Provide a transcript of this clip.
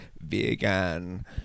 vegan